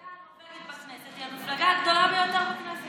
היום המפלגה הנורבגית בכנסת היא המפלגה הגדולה ביותר בכנסת.